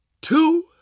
two